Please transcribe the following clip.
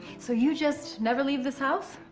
so, you just never leave this house?